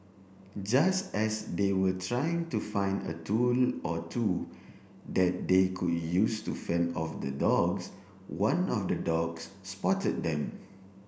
just as they were trying to find a tool or two that they could use to fend off the dogs one of the dogs spotted them